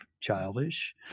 childish